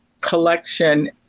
collection